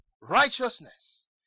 Righteousness